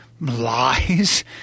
Lies